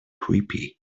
creepy